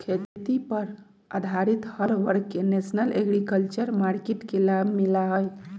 खेती पर आधारित हर वर्ग के नेशनल एग्रीकल्चर मार्किट के लाभ मिला हई